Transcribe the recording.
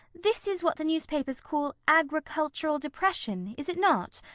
this is what the newspapers call agricultural depression, is it not?